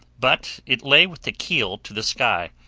but it lay with the keel to the sky,